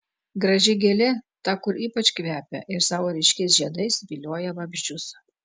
graži gėlė ta kur ypač kvepia ir savo ryškiais žiedais vilioja vabzdžius